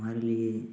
हमारे लिए